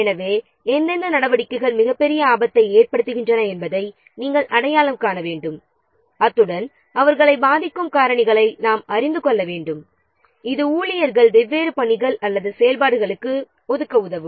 எனவே எந்தெந்த நடவடிக்கைகள் மிகப்பெரிய ஆபத்தை ஏற்படுத்துகின்றன என்பதை நாம் அடையாளம் காண வேண்டும் அத்துடன் அவர்களை பாதிக்கும் காரணிகளை நாம் அறிந்து கொள்ள வேண்டும் இது ஊழியர்களை வெவ்வேறு பணிகள் அல்லது செயல்பாடுகளுக்கு ஒதுக்க உதவும்